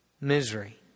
Misery